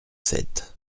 sept